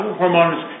hormones